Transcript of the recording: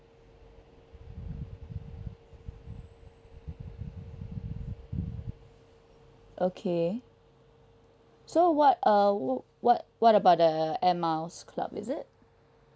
okay so what uh what what what about the air miles card is it